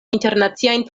internaciajn